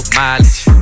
mileage